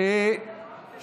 אי-אמון בממשלה לא נתקבלה.